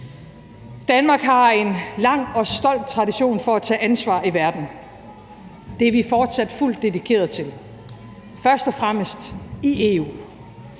Danmark har en lang og stolt tradition for at tage ansvar i verden. Det er vi fortsat fuldt dedikeret til, først og fremmest i EU.